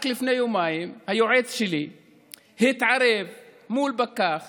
רק לפני יומיים היועץ שלי התערב מול פקח